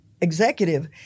executive